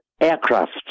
aircraft